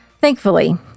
thankfully